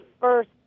first